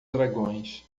dragões